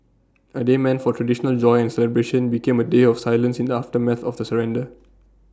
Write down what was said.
A day meant for traditional joy and celebration became A day of silence in the aftermath of the surrender